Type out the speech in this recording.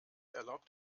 erlaubt